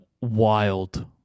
wild